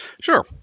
Sure